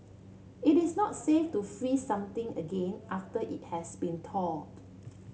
it is not safe to freeze something again after it has been thawed